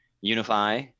Unify